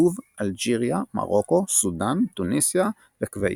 לוב, אלג'יריה, מרוקו, סודאן, תוניסיה וכווית.